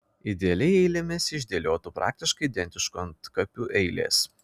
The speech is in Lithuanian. idealiai eilėmis išdėliotų praktiškai identiškų antkapių eilės